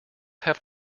have